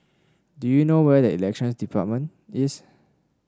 do you know where is Elections Department